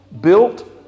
built